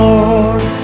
Lord